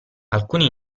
alcuni